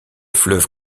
fleuve